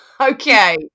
okay